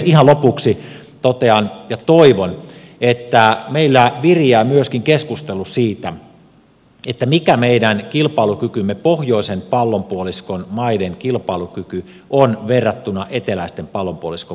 ihan lopuksi totean ja toivon että meillä viriää myöskin keskustelu siitä mikä meidän kilpailukykymme pohjoisen pallonpuoliskon maiden kilpailukyky on verrattuna eteläisen pallonpuoliskon maiden kilpailukykyyn